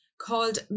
called